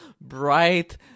bright